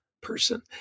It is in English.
person